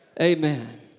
amen